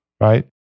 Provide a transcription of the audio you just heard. right